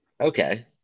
Okay